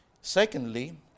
Secondly